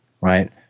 right